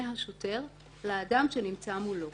מהשוטר לאדם שנמצא מולו.